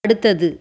அடுத்தது